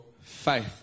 faith